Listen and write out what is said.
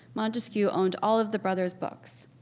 montesquiou owned all of the brothers books.